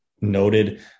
noted